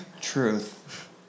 Truth